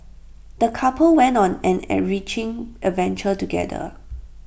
the couple went on an enriching adventure together